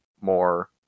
more